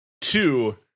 two